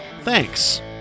Thanks